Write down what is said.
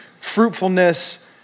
fruitfulness